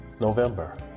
November